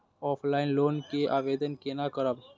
Offline loan के आवेदन केना करब?